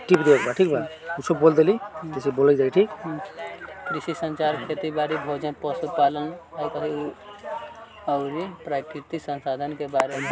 कृषि संचार खेती बारी, भोजन, पशु पालन अउरी प्राकृतिक संसधान के बारे में होला